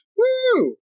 Woo